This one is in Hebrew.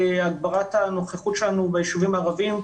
להגברת הנוכחות שלנו ביישובים הערבים.